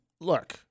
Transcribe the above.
look